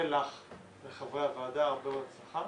מיד בתום הישיבה החגיגית הזו אנחנו נקיים דיון עבודה